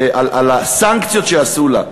על הסנקציות שעשו לה,